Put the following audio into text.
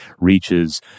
reaches